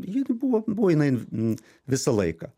ji ir buvo buvo jinai visą laiką